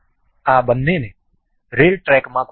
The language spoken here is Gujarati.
આ બંનેને રેલ ટ્રેકમાં ગોઠવો